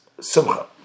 simcha